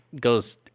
goes